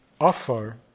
Offer